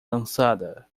lançada